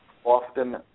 often